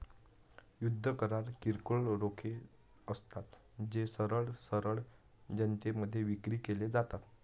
युद्ध करार किरकोळ रोखे असतात, जे सरळ सरळ जनतेमध्ये विक्री केले जातात